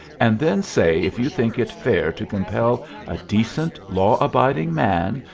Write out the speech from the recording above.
and then say if you think it fair to compel a decent, law-abiding man,